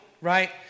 right